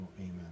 Amen